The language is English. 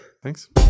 Thanks